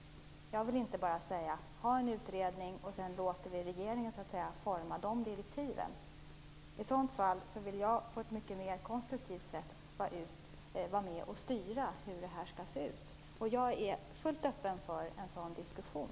Jag vill inte bara ha en utredning och så låta regeringen utforma direktiven. I sådant fall vill jag på ett mycket mer konstruktivt sätt vara med och styra hur det skall se ut, och jag är fullt öppen för en sådan diskussion.